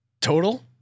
Total